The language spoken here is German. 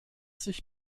sich